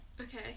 Okay